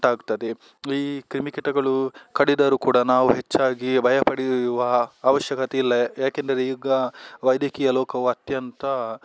ಉಂಟಾಗ್ತದೆ ಈ ಕ್ರಿಮಿಕೀಟಗಳು ಕಡಿದರೂ ಕೂಡ ನಾವು ಹೆಚ್ಚಾಗಿ ಭಯ ಪಡಿಯುವ ಅವಶ್ಯಕತೆ ಇಲ್ಲ ಯಾಕೆಂದರೆ ಈಗ ವೈದ್ಯಕೀಯ ಲೋಕವು ಅತ್ಯಂತ